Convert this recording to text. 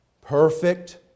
perfect